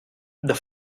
the